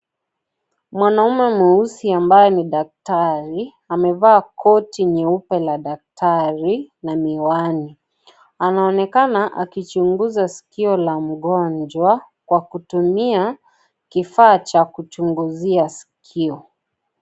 Mwanaume mweusi ambaye ni daktari amevaa koti nyeupe la daktari na miwani. Anaonekana akichunguza sikio la mgonjwa kwa kutumia kifaa cha kuchunguzia sikio.